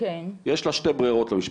יש לה שתי ברירות למשפחה,